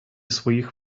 своїх